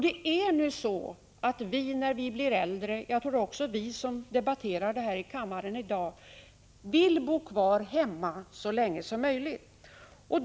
De flesta vill när de har blivit äldre bo kvar hemma så länge som möjligt — jag tror att det gäller också för oss som i dag debatterar denna fråga här i kammaren.